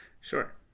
sure